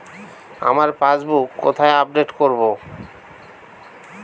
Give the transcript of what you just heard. আমার পাসবুক কোথায় আপডেট করব?